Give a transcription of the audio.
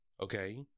okay